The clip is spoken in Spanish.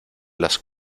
las